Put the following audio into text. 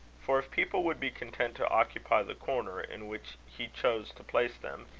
for if people would be content to occupy the corner in which he chose to place them,